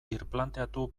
birplanteatu